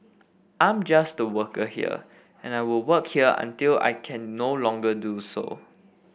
I'm just a worker here and I will work here until I can no longer do so